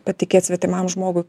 patikėt svetimam žmogui